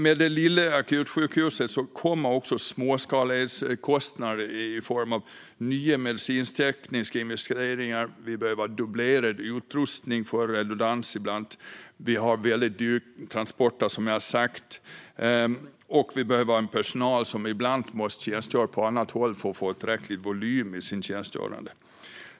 Med det lilla akutsjukhuset kommer också småskalighetskostnader i form av nya medicintekniska investeringar. Vi behöver dubblerad utrustning för redundans ibland, vi har dyra transporter, som jag har sagt, och vi behöver personal som ibland måste tjänstgöra på annat håll för att få en tillräcklig volym i sitt tjänstgörande.